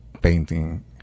painting